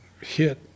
hit